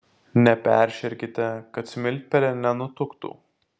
neperšerkite kad smiltpelė nenutuktų